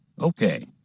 Okay